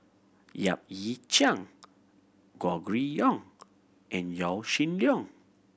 Yap Ee Chian Gregory Yong and Yaw Shin Leong